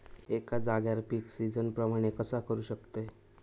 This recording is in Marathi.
एका जाग्यार पीक सिजना प्रमाणे कसा करुक शकतय?